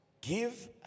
give